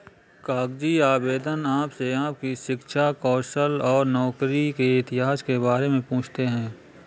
कागजी आवेदन आपसे आपकी शिक्षा, कौशल और नौकरी के इतिहास के बारे में पूछते है